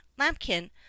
Lampkin